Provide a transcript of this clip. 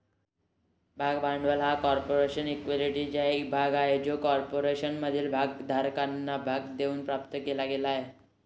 भाग भांडवल हा कॉर्पोरेशन इक्विटीचा एक भाग आहे जो कॉर्पोरेशनमधील भागधारकांना भाग देऊन प्राप्त केला गेला आहे